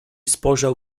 spojrzał